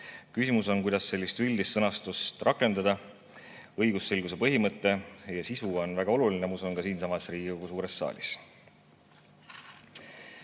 Küsimus on, kuidas sellist üldist sõnastust rakendada. Õigusselguse põhimõte ja sisu on väga oluline, ma usun, ka siinsamas Riigikogu suures saalis.